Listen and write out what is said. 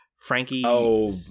Frankie